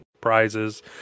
prizes